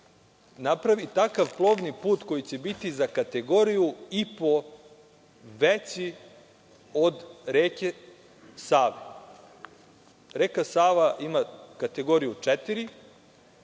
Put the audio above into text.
napravi takav plovni put koji će biti za kategoriju i po veći od reke Save. Reka Sava ima kategoriju